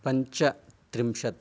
पञ्चत्रिंशत्